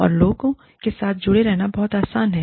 और लोगों के साथ जुड़े रहना बहुत आसान है